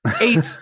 Eight